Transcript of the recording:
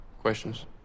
Questions